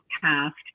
cast